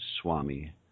Swami